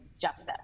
justice